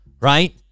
right